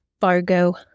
Fargo